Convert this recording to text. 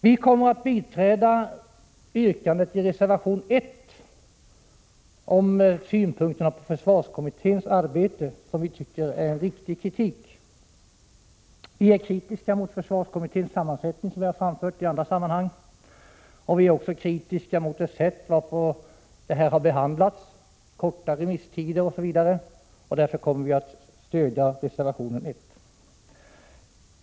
Vi kommer att biträda yrkandet i reservation 1 när det gäller synpunkterna på försvarskommitténs arbete. Vi tycker att det är riktig kritik som där framförs. Som jag sagt i andra sammanhang är vi kritiska mot försvarskommitténs sammansättning, och vi är även kritiska mot det sätt varpå ärendet har behandlats — med korta remisstider osv. Därför kommer vi alltså att stödja reservation 1.